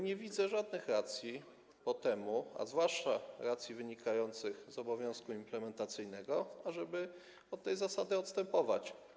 Nie widzę żadnych racji, zwłaszcza racji wynikających z obowiązku implementacyjnego, ażeby od tej zasady odstępować.